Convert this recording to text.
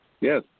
Yes